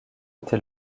été